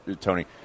Tony